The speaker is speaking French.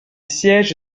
siège